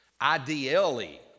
I-D-L-E